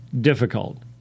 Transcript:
difficult